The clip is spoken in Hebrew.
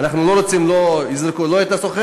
אנחנו לא רוצים שיזרקו את השוכר,